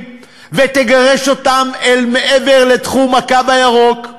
ותגרש אותן אל מעבר לתחום הקו הירוק.